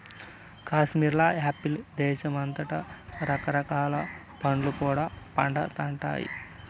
కాశ్మీర్ల యాపిల్ దేశమంతటా రకరకాల పండ్లు కూడా పండతండాయి